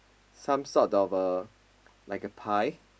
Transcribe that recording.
some sort of a like a pie